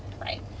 Right